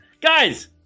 Guys